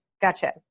Gotcha